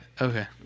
Okay